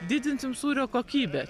didinsim sūrio kokybę